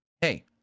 hey